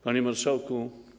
Panie Marszałku!